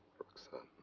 roxane.